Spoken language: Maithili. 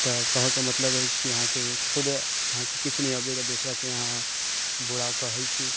तऽ कहऽ के मतलब अछि कि अहाँके खुद अहाँके किछ नहि अबैया तऽ दोसरा के अहाँ बुरा कहै छी